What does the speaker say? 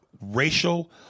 racial